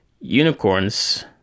unicorns